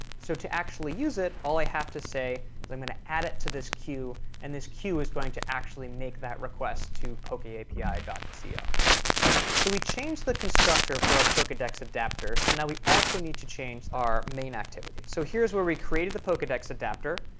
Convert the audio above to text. so to actually use it, all i have to say is i'm going to add it to this queue, and this queue is going to actually make that request to pokeapi ah so we changed the constructor for our pokedex adapter, so now we also need to change our main activity. so here is where we created the pokedex adapter,